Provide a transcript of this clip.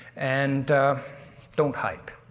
and don't hype.